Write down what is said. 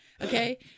Okay